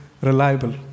reliable